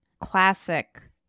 classic